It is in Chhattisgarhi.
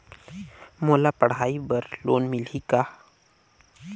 मोला पढ़ाई बर लोन मिलही का?